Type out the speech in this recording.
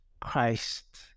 Christ